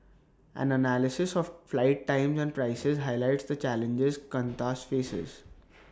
an analysis of flight times and prices highlights the challenges Qantas faces